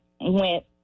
went